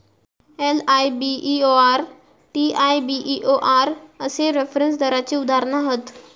LIBOR, TIBOR अश्ये reference दराची उदाहरणा हत